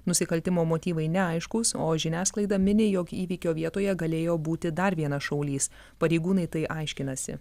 nusikaltimo motyvai neaiškūs o žiniasklaida mini jog įvykio vietoje galėjo būti dar vienas šaulys pareigūnai tai aiškinasi